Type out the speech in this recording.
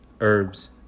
herbs